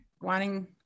wanting